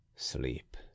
sleep